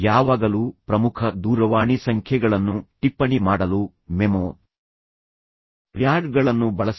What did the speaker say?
ಯಾವಾಗಲೂ ಪ್ರಮುಖ ದೂರವಾಣಿ ಸಂಖ್ಯೆಗಳನ್ನು ಟಿಪ್ಪಣಿ ಮಾಡಲು ಮೆಮೊ ಪ್ಯಾಡ್ಗಳನ್ನು ಬಳಸಿ